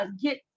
get